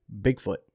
Bigfoot